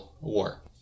war